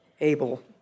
able